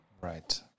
Right